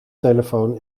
telefoon